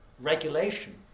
regulation